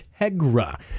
Integra